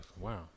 Wow